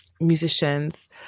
musicians